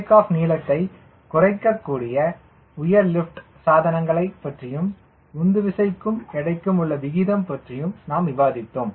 take off நீளத்தை குறைக்கக்கூடிய உயர் லிப்ட் சாதனங்களைப் பற்றியும் உந்துவிசைக்கும் எடைக்கும் உள்ள விகிதம் பற்றியும் நாம் விவாதித்தோம்